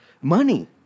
money